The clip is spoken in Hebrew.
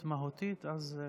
2022,